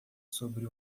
sobre